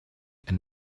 and